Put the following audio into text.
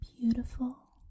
beautiful